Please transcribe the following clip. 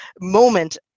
moment